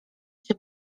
się